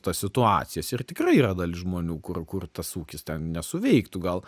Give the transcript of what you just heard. tas situacijas ir tikrai yra dalis žmonių kur kur tas ūkis ten nesuveiktų gal